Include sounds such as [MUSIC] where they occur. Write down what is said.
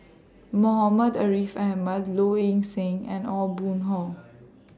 Muhammad Ariff Ahmad Low Ing Sing and Aw Boon Haw [NOISE]